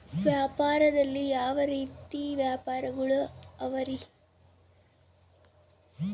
ವ್ಯಾಪಾರದಲ್ಲಿ ಯಾವ ರೇತಿ ವ್ಯಾಪಾರಗಳು ಅವರಿ?